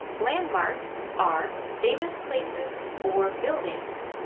landmarks are famous places or buildings,